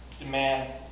demands